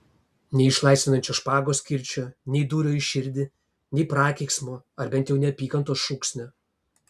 nei išlaisvinančio špagos kirčio nei dūrio į širdį nei prakeiksmo ar bent jau neapykantos šūksnio